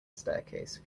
staircase